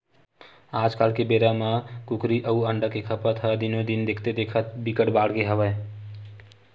आजकाल के बेरा म कुकरी अउ अंडा के खपत ह दिनो दिन देखथे देखत बिकट बाड़गे हवय